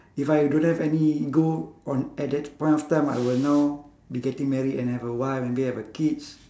if I don't have any ego on at the point of time I will now be getting married and have a wife and maybe have a kids